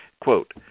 quote